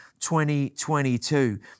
2022